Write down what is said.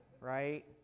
right